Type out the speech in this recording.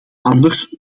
anders